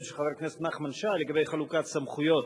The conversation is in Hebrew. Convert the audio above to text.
של חבר הכנסת נחמן שי לגבי חלוקת סמכויות.